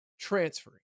transferring